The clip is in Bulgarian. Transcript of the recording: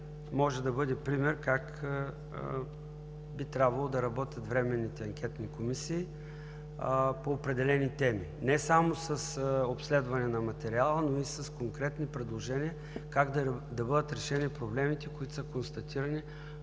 може да бъде пример как би трябвало да работят временните анкетни комисии по определени теми – не само с обследване на материала, но и с конкретни предложения как да бъдат решени проблемите, които са констатирани